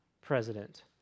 president